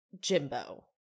Jimbo